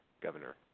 Governor